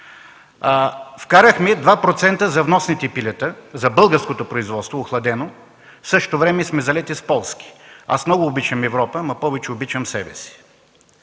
Вкарахме 2% за вносните пилета, за българското производство – охладено, в същото време сме залети с полски пилета. Аз много обичам Европа, но повече обичам себе си.